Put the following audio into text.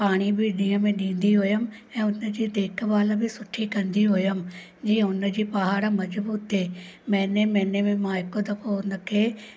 पाणी बि ॾींहं में ॾींदी हुयमि ऐं हुनजी देखभाल बि सुठी कंदी हुयमि जीअं हुनजी पहाड़ मज़बूत थिए महीने महीने में मां हिकु दफ़ो हुनखे